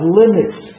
limits